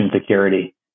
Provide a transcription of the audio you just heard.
security